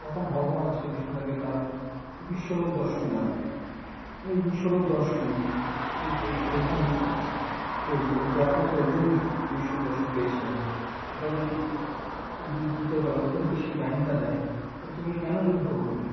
তখন ভগবান শ্রীকৃষ্ণ তাকে তার বিশ্বরূপ দর্শন দেখায় এই বিশ্বরূপ দর্শনে শ্রীকৃষ্ণ অর্জুনকেই ও যে একমাত্র অর্জুন বিষ্ণুর দর্শন পেয়েছিলেন সেটা দেখে অর্জুন বুঝতে পারে অর্জুনকে সেই জ্ঞানটা দেয় যে তুমি কেন যুদ্ধ করবে